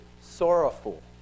sorrowful